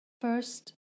First